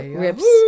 rips